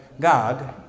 god